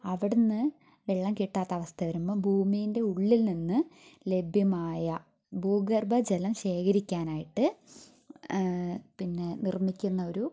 അവിടെ നിന്ന് വെള്ളം കിട്ടാത്ത അവസ്ഥ വരുമ്പം ഭൂമീന്റെ ഉള്ളില് നിന്ന് ലഭ്യമായ ഭൂഗര്ഭജലം ശേഖരിക്കാനായിട്ട് പിന്നെ നിര്മ്മിക്കുന്നൊരു